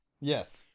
Yes